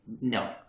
no